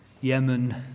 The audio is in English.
Yemen